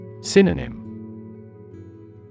Synonym